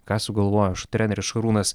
ką sugalvojo treneris šarūnas